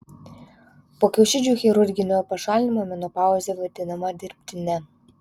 po kiaušidžių chirurginio pašalinimo menopauzė vadinama dirbtine